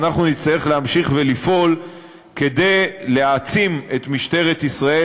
ואנחנו נצטרך להמשיך ולפעול כדי להעצים את משטרת ישראל